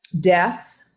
death